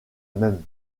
même